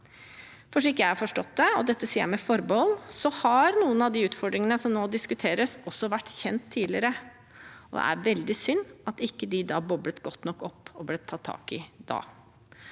av. Slik jeg har forstått det, og dette sier jeg med forbehold, har noen av de utfordringene som nå diskuteres, også vært kjent tidligere. Det er veldig synd at de ikke boblet godt nok opp og ble tatt tak i da.